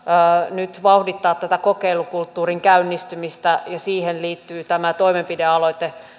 nyt vauhdittaa tätä kokeilukulttuurin käynnistymistä ja siihen liittyy tämä toimenpidealoite